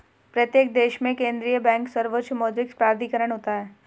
प्रत्येक देश में केंद्रीय बैंक सर्वोच्च मौद्रिक प्राधिकरण होता है